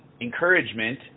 encouragement